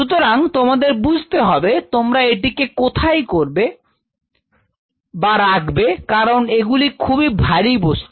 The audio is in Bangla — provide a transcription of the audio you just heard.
সুতরাং তোমাদের বুঝতে হবে তোমরা এটিকে কোথায় রাখবে কারণ এগুলি খুবই ভারী বস্তু